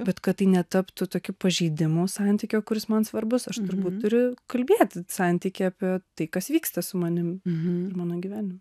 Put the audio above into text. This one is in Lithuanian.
bet kad tai netaptų tokiu pažeidimu santykio kuris man svarbus aš turbūt turiu kalbėti santykyje apie tai kas vyksta su manim ir mano gyvenimu